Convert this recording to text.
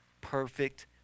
perfect